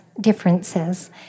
differences